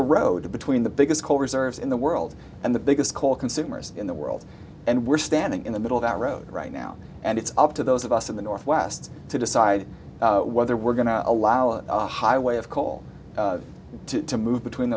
a road between the biggest coal reserves in the world and the biggest coal consumers in the world and we're standing in the middle of that road right now and it's up to those of us in the northwest to decide whether we're going to allow a highway of coal to move between